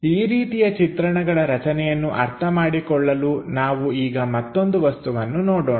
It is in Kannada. ಈ ರೀತಿಯ ಚಿತ್ರಣಗಳ ರಚನೆಯನ್ನು ಅರ್ಥಮಾಡಿಕೊಳ್ಳಲು ನಾವು ಈಗ ಮತ್ತೊಂದು ವಸ್ತುವನ್ನು ನೋಡೋಣ